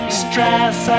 stress